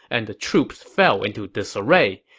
and the troops fell into disarray.